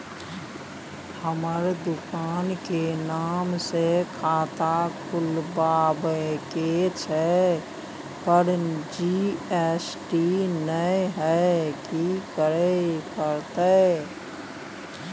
हमर दुकान के नाम से खाता खुलवाबै के छै पर जी.एस.टी नय हय कि करे परतै?